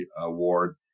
award